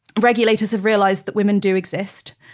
regulators have realized that women do exist.